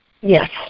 Yes